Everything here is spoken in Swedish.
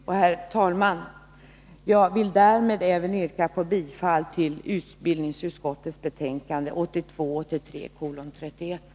Och, herr talman, jag vill därmed även yrka bifall till utbildningsutskottets hemställan i betänkandet 1982/ 83:31.